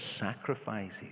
sacrifices